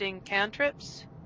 cantrips